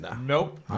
Nope